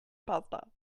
pasta